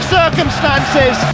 circumstances